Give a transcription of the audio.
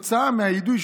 כתוצאה מהיידוי,